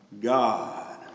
God